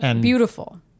Beautiful